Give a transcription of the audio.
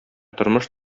тормыш